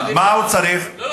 מה הוא צריך 700